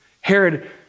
Herod